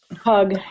Hug